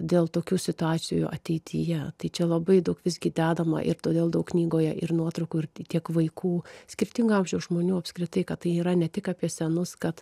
dėl tokių situacijų ateityje tai čia labai daug visgi dedama ir todėl daug knygoje ir nuotraukų ir tiek vaikų skirtingo amžiaus žmonių apskritai kad tai yra ne tik apie senus kad